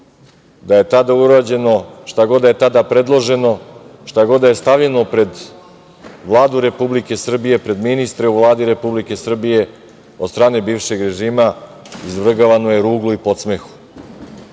da je tada urađeno, šta god da je tada predloženo, šta god da je stavljeno pred Vladu Republike Srbije, pred ministre u Vladi Republike Srbije od strane bivšeg režima izvrgavano je ruglu i podsmehu,